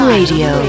Radio